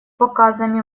показами